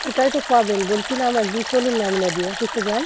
সেটাই তো প্রবলেম বলছিলাম একদিন চলুন না আমিনাদি অফিসে যাই